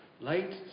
Light